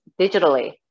digitally